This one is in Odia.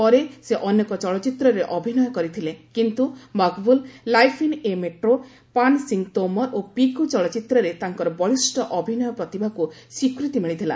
ପରେ ସେ ଅନେକ ଚଳଚ୍ଚିତ୍ରରେ ଅଭିନୟ କରିଥିଲେ କିନ୍ତୁ Maqbool life in a metro Paan Singh Tomar ଓ ପିକୁ ଚଳଚ୍ଚିତ୍ରରେ ତାଙ୍କର ବଳିଷ୍ଣ ଅଭିନୟ ପ୍ରତିଭାକୁ ସ୍ୱୀକୃତି ମିଳିଥିଲା